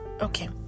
okay